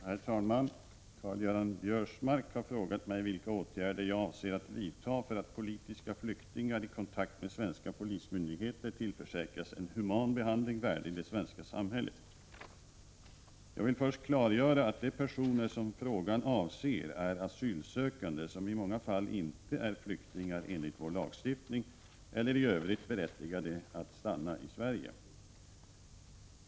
Herr talman! Karl-Göran Biörsmark har frågat mig vilka åtgärder jag avser att vidta för att politiska flyktingar i kontakt med svenska polismyndigheter tillförsäkras en human behandling värdig det svenska samhället. Jag vill först klargöra att de personer som frågan avser är asylsökande som i många fall inte är flyktingar enligt vår lagstiftning eller i övrigt berättigade att stanna i Sverige.